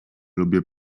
lubię